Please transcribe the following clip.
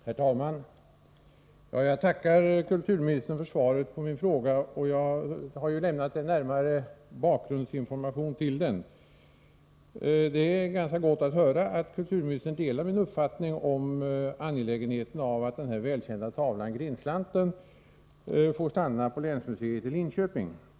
Herr talman! Jag tackar kulturministern för svaret på min fråga. Jag har lämnat en närmare bakgrundsinformation till frågan, och det är gott att höra att kulturministern delar min uppfattning om angelägenheten av att den välkända tavlan Grindslanten får stanna på länsmuseet i Linköping.